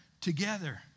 together